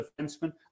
defenseman